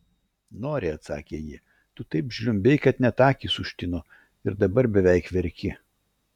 nori atsakė ji tu taip žliumbei kad net akys užtino ir dabar beveik verki